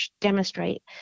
demonstrate